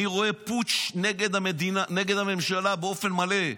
אני רואה פוטש נגד הממשלה באופן מלא.